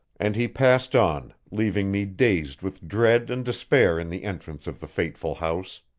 and he passed on, leaving me dazed with dread and despair in the entrance of the fateful house.